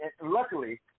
luckily